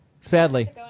Sadly